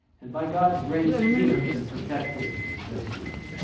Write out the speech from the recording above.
and by god's grace, you have been protected this week.